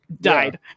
died